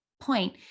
point